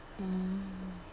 mm